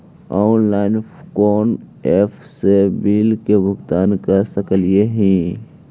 Online कोन app से bill के भुगतान कर सकली ही?